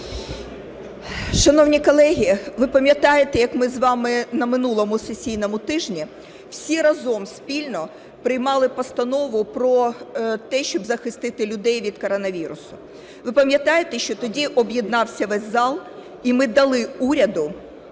Шановні колеги, ви пам'ятаєте, як ми з вами на минулому сесійному тижні всі разом спільно приймали постанову про те, щоб захистити людей від коронавірусу. Ви пам'ятаєте, що тоді об'єднався весь зал, і ми дали уряду